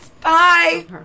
Bye